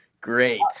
great